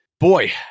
Boy